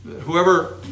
whoever